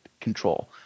control